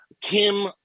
Kim